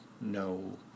No